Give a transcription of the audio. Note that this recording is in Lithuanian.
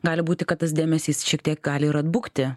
gali būti kad tas dėmesys šiek tiek gali ir atbukti